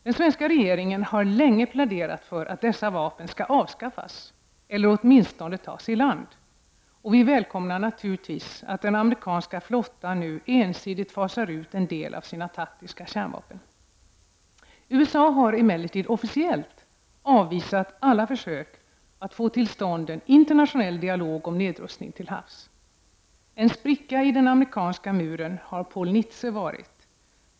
Den svenska regeringen har länge pläderat för att dessa vapen skall av skaffas, eller åtminstone tas i land. Vi välkomnar naturligtvis att den amerikanska flottan nu ensidigt fasar ut en del av sina taktiska kärnvapen. USA har emellertid officiellt avvisat alla försök att få till stånd en internationell dialog om nedrustning till havs. En spricka i den amerikanska muren har Paul Nitze varit.